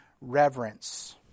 reverence